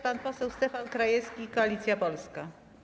Pan poseł Stefan Krajewski, Koalicja Polska.